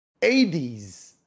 80s